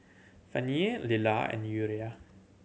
Fannye Lilah and Uriah